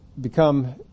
become